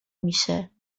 میشه